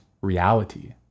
reality